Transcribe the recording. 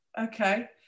okay